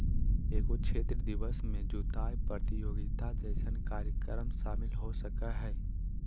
एगो क्षेत्र दिवस में जुताय प्रतियोगिता जैसन कार्यक्रम शामिल हो सकय हइ